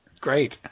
Great